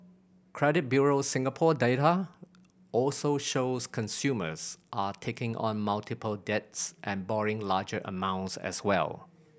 Credit Bureau Singapore data also shows consumers are taking on multiple debts and borrowing larger amounts as well